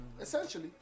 essentially